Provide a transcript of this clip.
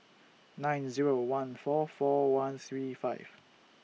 nine Zero one four four one three five